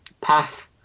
path